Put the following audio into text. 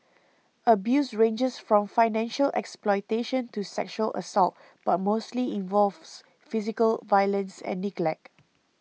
abuse ranges from financial exploitation to sexual assault but mostly involves physical violence and neglect